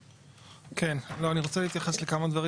אני רוצה להתייחס לכמה דברים.